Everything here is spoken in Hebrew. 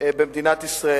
במדינת ישראל.